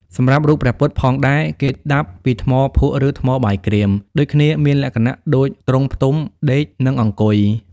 សម្រាប់រូបព្រះពុទ្ធផងដែរគេដាប់ពីថ្មភក់ឬថ្មបាយក្រៀមដូចគ្នាមានលក្ខណ:ដូចទ្រង់ផ្ទុំ ដេក និងអង្គុយ។